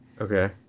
Okay